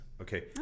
Okay